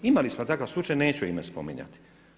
Imali smo takav slučaj, neću ime spominjati.